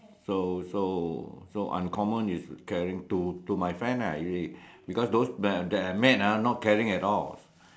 so so so uncommon is caring to to my friends ah you see because those those that I've met ah not caring at all